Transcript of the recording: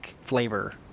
flavor